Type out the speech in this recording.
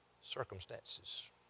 circumstances